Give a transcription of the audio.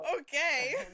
Okay